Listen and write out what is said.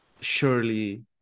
surely